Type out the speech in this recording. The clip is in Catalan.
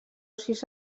sis